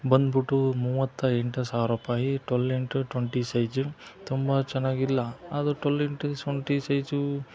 ಬಂದ್ಬಿಟ್ಟು ಮೂವತ್ತ ಎಂಟು ಸಾವಿರ ರೂಪಾಯಿ ಟ್ವಲ್ ಇನ್ಟು ಟ್ವಂಟಿ ಸೈಝು ತುಂಬ ಚೆನ್ನಾಗಿಲ್ಲ ಆದರೂ ಟ್ವಲ್ ಇನ್ಟು ಟ್ವಂಟಿ ಸೈಝು